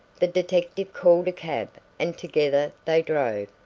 the detective called a cab and together they drove,